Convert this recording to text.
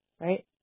right